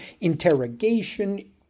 interrogation